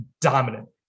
dominant